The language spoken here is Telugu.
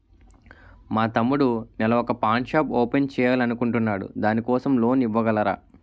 మా తమ్ముడు నెల వొక పాన్ షాప్ ఓపెన్ చేయాలి అనుకుంటునాడు దాని కోసం లోన్ ఇవగలరా?